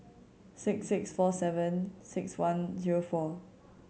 six six four seven six one zero four